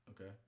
Okay